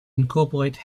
incorporate